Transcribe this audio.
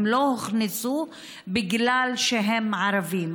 הם לא הוכנסו בגלל שהם ערבים.